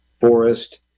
Forest